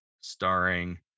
starring